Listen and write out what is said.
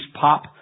pop